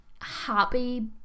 happy